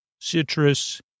citrus